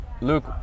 Luke